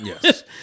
Yes